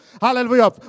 Hallelujah